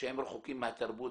כשהם רחוקים מהתרבות,